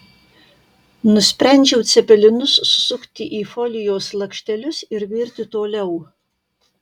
nusprendžiau cepelinus susukti į folijos lakštelius ir virti toliau